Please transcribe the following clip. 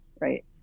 right